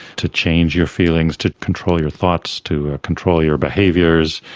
to change your feelings, to control your thoughts, to control your behaviours,